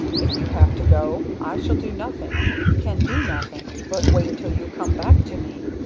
if you have to go i shall do nothing can do nothing but wait till you come back to me!